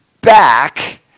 back